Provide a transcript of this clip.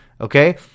Okay